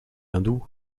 hindous